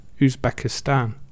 Uzbekistan